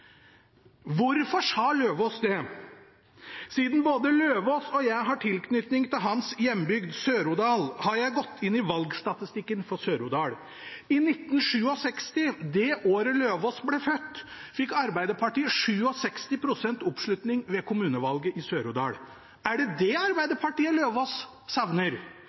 Hvorfor sa Eidem Løvaas det? Siden både Eidem Løvaas og jeg har tilknytning til hans hjembygd Sør-Odal, har jeg gått inn i valgstatistikken for Sør-Odal. I 1967, det året Eidem Løvaas ble født, fikk Arbeiderpartiet 67 pst. oppslutning i kommunevalget. Er det det Arbeiderpartiet Eidem Løvaas savner?